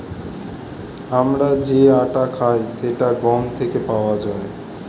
আমরা যে আটা খাই সেটা গম থেকে পাওয়া যায়